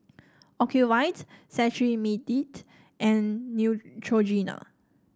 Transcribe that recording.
Ocuvite Cetrimide and Neutrogena